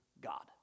God